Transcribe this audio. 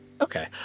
Okay